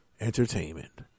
entertainment